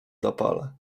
zapale